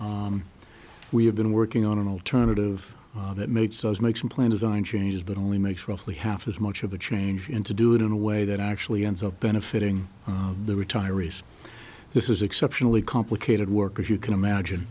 effect we have been working on an alternative that makes us make some plan designed changes but only makes roughly half as much of a change and to do it in a way that actually ends up benefiting the retirees this is exceptionally complicated work as you can imagine